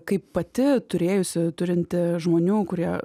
kaip pati turėjusi turinti žmonių kurie